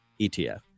ETF